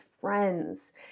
friends